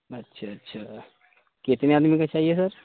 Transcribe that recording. اچھا اچھا کتنے آدمی کا چاہیے سر